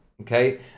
Okay